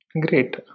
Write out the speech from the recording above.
Great